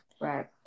right